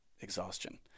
exhaustion